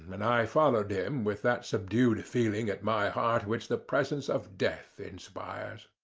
and i followed him with that subdued feeling at my heart which the presence of death inspires.